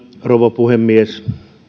rouva puhemies